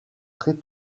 très